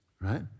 right